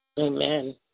Amen